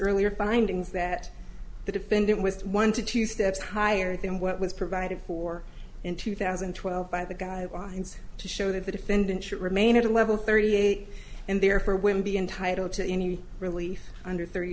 earlier findings that the defendant was one to two steps higher than what was provided for in two thousand and twelve by the guidelines to show that the defendant should remain at a level thirty eight and therefore women be entitled to any relief under thirty